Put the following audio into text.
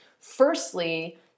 firstly